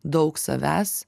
daug savęs